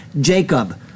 Jacob